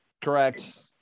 Correct